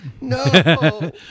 No